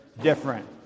different